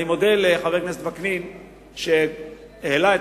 אני מודה לחבר הכנסת וקנין שהעלה את